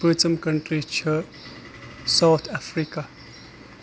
پٲنٛژِم کَنٹرٛی چھِ South Africa